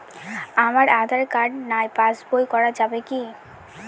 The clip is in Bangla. আমার আঁধার কার্ড নাই পাস বই করা যাবে কি?